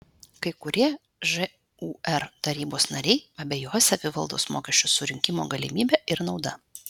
kai kurie žūr tarybos nariai abejoja savivaldos mokesčio surinkimo galimybe ir nauda